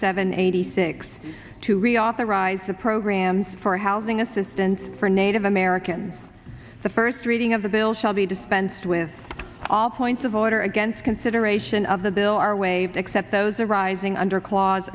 seven eighty six to reauthorize the programs for housing assistance for native americans the first reading of the bill shall be dispensed with all points of order against consideration of the bill are waived except those arising under cla